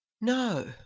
No